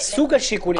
סוג השיקולים.